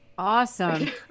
Awesome